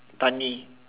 Tani